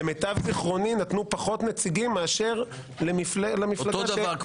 למיטב זכרוני נתנו פחות נציגים מאשר למפלגה של --- אותו דבר.